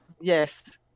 Yes